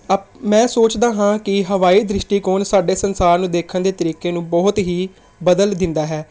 up ਮੈਂ ਸੋਚਦਾ ਹਾਂ ਕਿ ਹਵਾਈ ਦ੍ਰਿਸ਼ਟੀਕੋਣ ਸਾਡੇ ਸੰਸਾਰ ਨੂੰ ਦੇਖਣ ਦੇ ਤਰੀਕੇ ਨੂੰ ਬਹੁਤ ਹੀ ਬਦਲ ਦਿੰਦਾ ਹੈ